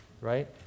right